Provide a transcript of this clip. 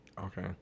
Okay